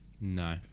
No